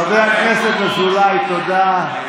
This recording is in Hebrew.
חבר הכנסת אזולאי, תודה.